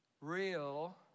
real